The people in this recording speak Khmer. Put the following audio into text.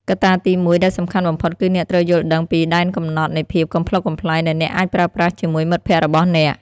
កត្តាទីមួយដែលសំខាន់បំផុតគឺអ្នកត្រូវយល់ដឹងពីដែនកំណត់នៃភាពកំប្លុកកំប្លែងដែលអ្នកអាចប្រើប្រាស់ជាមួយមិត្តភក្តិរបស់អ្នក។